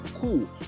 Cool